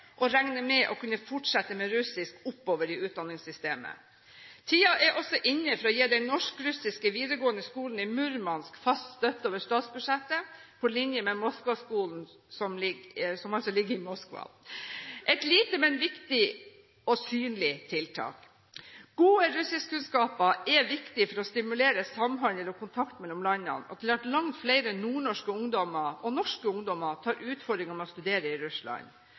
og regne med å kunne fortsette med russisk oppover i utdanningssystemet. Tiden er også inne for å gi den norsk–russiske videregående skolen i Murmansk fast støtte over statsbudsjettet, på linje med Moskva-skolen, som altså ligger i Moskva – et lite, men viktig og synlig tiltak. Gode russiskkunnskaper er viktig for å stimulere samhandel og kontakt mellom landene – og til at langt flere nordnorske, norske, ungdommer tar utfordringen med å studere i Russland.